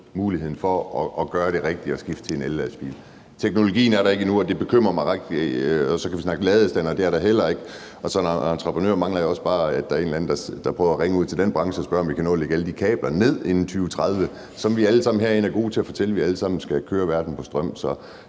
muligheden for at gøre det rigtige og skifte til en ellastbil. Teknologien er der ikke endnu, og det bekymrer mig rigtig meget, og så kan vi snakke ladestandere, som heller ikke er der, og sådan nogle entreprenører mangler jo også bare, at der er en eller anden, der prøver at ringe ud til branchen og spørge, om man kan nå at lægge alle de kabler ned inden 2030, hvor vi herinde alle sammen er gode til at fortælle at vi alle sammen skal køre verden på strøm. Så